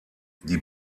die